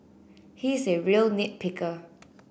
he is a real nit picker